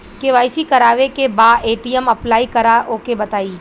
KYC करावे के बा ए.टी.एम अप्लाई करा ओके बताई?